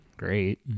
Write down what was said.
Great